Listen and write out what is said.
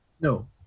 no